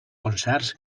concerts